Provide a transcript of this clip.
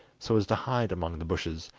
so as to hide among the bushes,